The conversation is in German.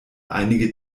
einige